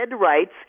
rights